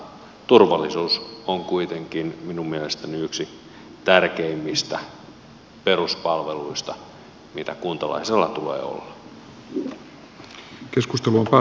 turvallisuus on kuitenkin minun mielestäni yksi tärkeimmistä peruspalveluista mitä kuntalaisella tulee olla